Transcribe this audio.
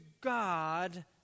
God